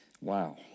Wow